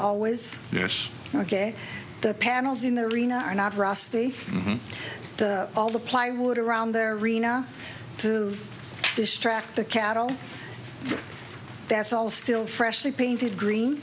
yes ok the panels in the arena are not rusty all the plywood around their rena to distract the cattle that's all still freshly painted green